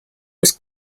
was